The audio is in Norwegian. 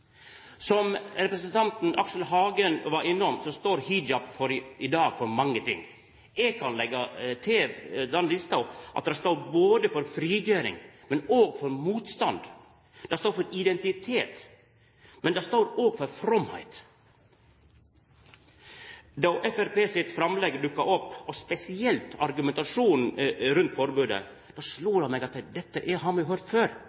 Som representanten Aksel Hagen var innom, står hijab i dag for mange ting. Eg kan leggje til denne lista at han står både for frigjering og for motstand. Han står for identitet, men òg for fromheit. Då Framstegspartiet sitt framlegg dukka opp, og spesielt argumentasjonen rundt forbodet, slo det meg at dette har me høyrt før.